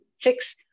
six